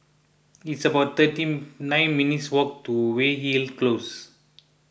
it's about thirty nine minutes' walk to Weyhill Close